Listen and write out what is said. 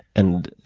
and,